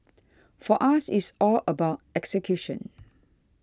for us it's all about execution